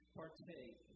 partake